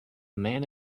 man